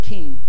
King